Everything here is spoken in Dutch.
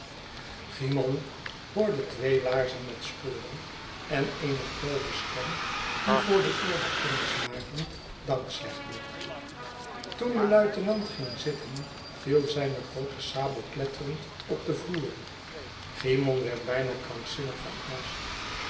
cymon hoorde twee laarzen met sporen en eene grove stem die voor de eer der kennismaking dank zegde toen de luitenant ging zitten viel zijne groote sabel kletterend op den vloer cymon werd bijna krankzinnig van angst